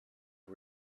for